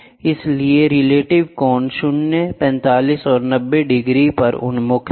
इसलिए रिलेटिव कोण 0 45 और 90 डिग्री पर उन्मुख